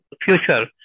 future